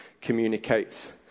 communicates